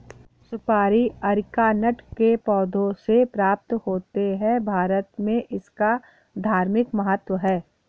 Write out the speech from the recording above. सुपारी अरीकानट के पौधों से प्राप्त होते हैं भारत में इसका धार्मिक महत्व है